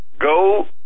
Go